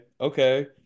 okay